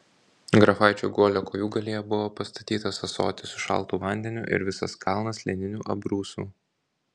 grafaičio guolio kojūgalyje buvo pastatytas ąsotis su šaltu vandeniu ir visas kalnas lininių abrūsų